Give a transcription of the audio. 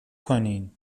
کنین